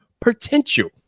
potential